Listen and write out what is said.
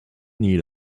need